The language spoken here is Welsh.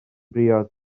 briod